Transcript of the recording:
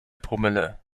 promille